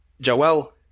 Joel